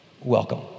Welcome